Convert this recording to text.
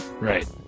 right